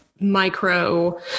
micro